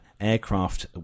aircraft